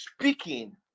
speaking